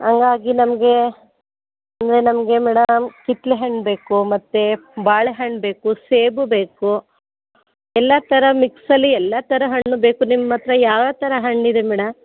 ಹಂಗಾಗಿ ನಮಗೆ ಅಂದರೆ ನಮಗೆ ಮೇಡಮ್ ಕಿತ್ಳೆ ಹಣ್ಣು ಬೇಕು ಮತ್ತು ಬಾಳೆ ಹಣ್ಣು ಬೇಕು ಸೇಬು ಬೇಕು ಎಲ್ಲ ಥರ ಮಿಕ್ಸಲ್ಲಿ ಎಲ್ಲ ಥರ ಹಣ್ಣು ಬೇಕು ನಿಮ್ಮ ಹತ್ರ ಯಾವ ಯಾವ ಥರ ಹಣ್ಣಿದೆ ಮೇಡಮ್